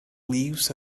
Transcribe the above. leaves